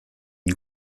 une